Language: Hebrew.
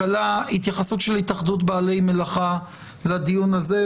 התייחסות של התאחדות בעלי המלאכה לדיון הזה,